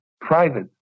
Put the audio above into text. private